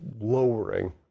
lowering